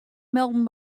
melden